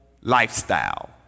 lifestyle